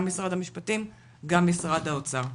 גם משרד המשפטים וגם משרד האוצר.